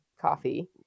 coffee